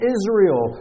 Israel